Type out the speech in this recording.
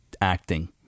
acting